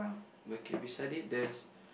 okay beside it there's